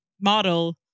model